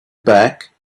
back